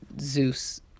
Zeus